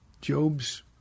Job's